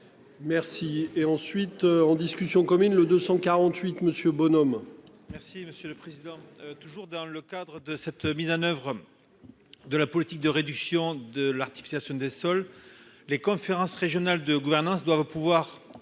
Merci et ensuite en discussion commune le 248 Monsieur Bonhomme. Merci monsieur le président. Toujours dans le cadre de cette mise en oeuvre. De la politique de réduction de l'artifice ceux des sols. Les conférences régionales de gouvernance doivent au pouvoir